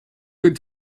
good